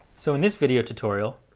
so in this video tutorial,